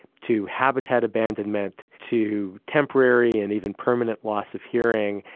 to habitat abandonment, to temporary and even permanent loss of hearing,